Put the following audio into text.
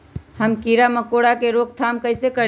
हम किरा मकोरा के रोक थाम कईसे करी?